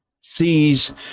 sees